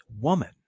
woman